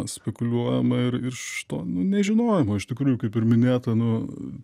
spekuliuojama ir iš to nu nežinojimo iš tikrųjų kaip ir minėta nu